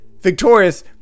Victorious